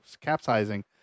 capsizing